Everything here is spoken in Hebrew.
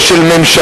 או של ממשלה,